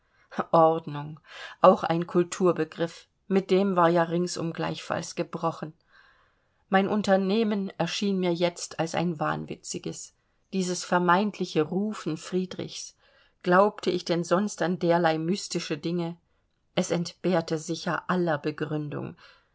ordnung auch ein kulturbegriff mit dem war ja ringsum gleichfalls gebrochen mein unternehmen erschien mir jetzt als ein wahnwitziges dieses vermeintliche rufen friedrichs glaubte ich denn sonst an derlei mystische dinge es entbehrte sicher aller begründung